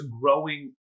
growing